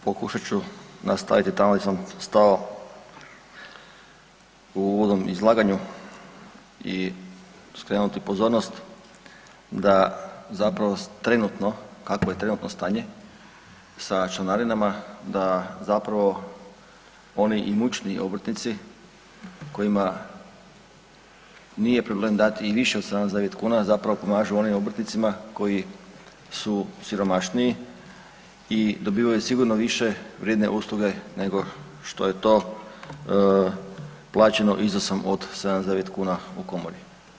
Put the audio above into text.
Pokušat ću nastaviti tamo di sam stao u uvodnom izlaganju i skrenuti pozornost da zapravo trenutno, kakvo je trenutno stanje sa članarinama, da zapravo oni imućniji obrtnici kojima nije problem dati i više od 79 kuna zapravo pomažu onim obrtnicima koji su siromašniji i dobivaju sigurno više vrijedne usluge nego što je to plaćeno iznosom od 79 kuna u Komori.